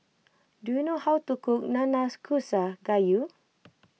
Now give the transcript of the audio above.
do you know how to cook Nanakusa Gayu